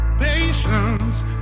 Patience